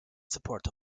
support